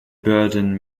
burden